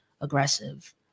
aggressive